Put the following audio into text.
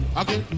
okay